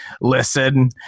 listen